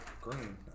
Green